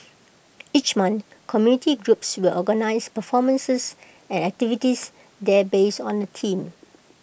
each month community groups will organise performances and activities there based on A theme